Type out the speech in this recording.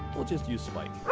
we'll just use spike.